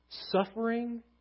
Suffering